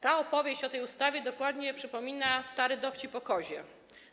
Ta opowieść o tej ustawie dokładnie przypomina stary dowcip o kozie.